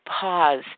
pause